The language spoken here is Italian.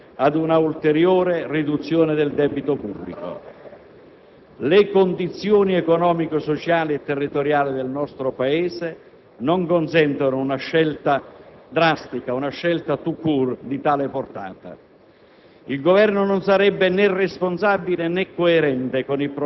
tutte le risorse disponibili derivanti dalle nuove entrate ad un'ulteriore riduzione del debito pubblico. Le condizioni economico-sociali e territoriali del nostro Paese non consentono una scelta drastica, *tout* *court*, di tale portata.